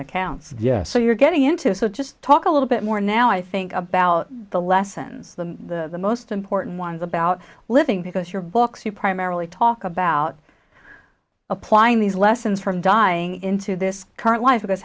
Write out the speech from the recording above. that counts so you're getting into it so just talk a little bit more now i think about the lessons the most important ones about living because your books are primarily talk about applying these lessons from dying into this current life because